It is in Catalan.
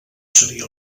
seria